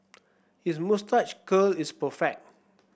his moustache curl is perfect